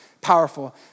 powerful